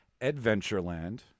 Adventureland